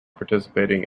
participating